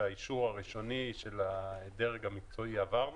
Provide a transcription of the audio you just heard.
את האישור הראשוני של הדרג המקצועי עברנו.